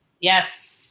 Yes